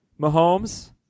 Mahomes